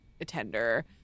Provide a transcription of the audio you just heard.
attender